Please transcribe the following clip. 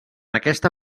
aquesta